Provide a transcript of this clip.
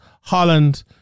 Holland